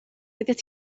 oeddet